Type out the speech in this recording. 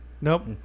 Nope